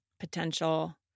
potential